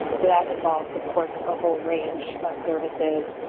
so that involves, of course, a whole range of services.